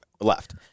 left